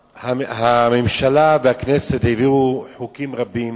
הממשלה והכנסת העבירו חוקים רבים